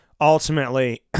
ultimately